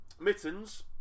Mittens